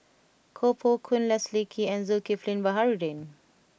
Koh Poh Koon Leslie Kee and Zulkifli Baharudin